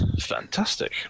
Fantastic